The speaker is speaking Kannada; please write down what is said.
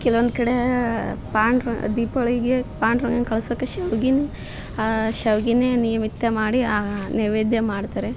ಕೆಲವೊಂದು ಕಡೆ ಪಾಂಡ್ರ ದೀಪಾವಳಿಗೆ ಪಾಂಡ್ರಂಗನ್ನು ಕಳ್ಸೋಕ್ಕೆ ಶಾವ್ಗೇನ ಶಾವ್ಗೇನೇ ನಿಯಮಿತ ಮಾಡಿ ನೈವೇದ್ಯ ಮಾಡ್ತಾರೆ